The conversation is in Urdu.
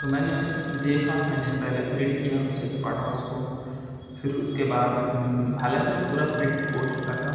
تو میں نے دیکھا میں نے پہلے پرنٹ کیا اچھے سے پڑھا اس کو پھر اس کے بعد حالانکہ وہ پورا پرنٹ ہو چکا تھا